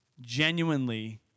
genuinely